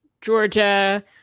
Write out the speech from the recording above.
Georgia